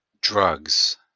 Drugs